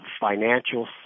financial